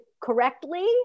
correctly